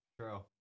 True